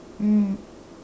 mm